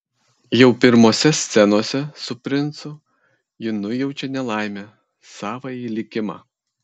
jau pirmose scenose su princu ji nujaučia nelaimę savąjį likimą